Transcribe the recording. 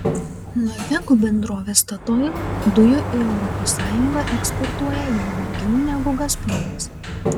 norvegų bendrovė statoil dujų į europos sąjungą eksportuoja jau daugiau negu gazpromas